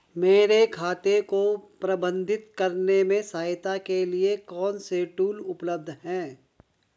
मेरे खाते को प्रबंधित करने में सहायता के लिए कौन से टूल उपलब्ध हैं?